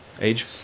Age